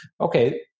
okay